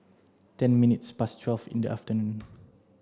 ten minutes past twelve in the afternoon